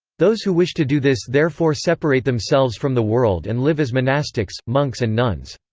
those who wish to do this therefore separate themselves from the world and live as monastics monks and nuns.